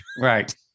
Right